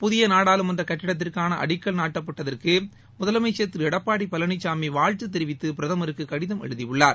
புதிய நாடாளுமன்ற கட்டிடத்திற்கான அடிக்கல் நாட்டப்பட்டதற்கு முதலமைச்சர் திரு எடப்பாடி பழனிசாமி வாழ்த்து தெரிவித்து பிரதமருக்கு கடிதம் எழுதியுள்ளார்